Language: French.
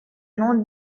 nom